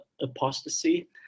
apostasy